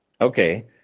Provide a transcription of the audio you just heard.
okay